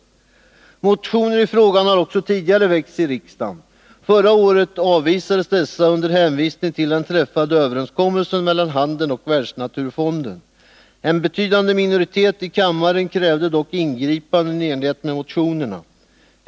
Motioner i frågan har också tidigare väckts i riksdagen. Förra året avvisades dessa under hänvisning till den träffade överenskommelsen mellan handeln och Världsnaturfonden. En betydande minoritet i kammaren krävde dock ingripanden i enlighet med motionerna.